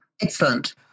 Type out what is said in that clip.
Excellent